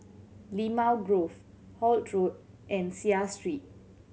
Limau Grove Holt Road and Seah Street